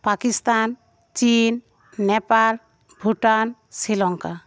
পাকিস্তান চিন নেপাল ভুটান শ্রীলঙ্কা